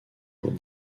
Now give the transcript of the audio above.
jours